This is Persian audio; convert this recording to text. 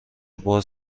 باز